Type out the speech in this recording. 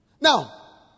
Now